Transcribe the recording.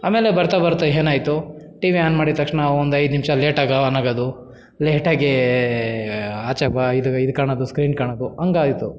ಆಮೇಲೆ ಬರ್ತಾ ಬರ್ತಾ ಏನಾಯ್ತು ಟಿವಿ ಆನ್ ಮಾಡಿದ ತಕ್ಷಣ ಒಂದು ಐದು ನಿಮಿಷ ಲೇಟಾಗೆ ಆನ್ ಆಗೋದು ಲೇಟಾಗೇ ಆಚೆ ಬ ಇದು ಇದು ಕಾಣೋದು ಸ್ಕ್ರೀನ್ ಕಾಣೋದು ಹಂಗಾಯ್ತು